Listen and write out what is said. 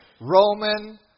Roman